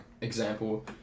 example